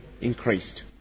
increased